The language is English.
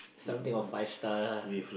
something of five star